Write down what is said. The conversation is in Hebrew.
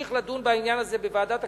נמשיך לדון בעניין הזה בוועדת הכספים,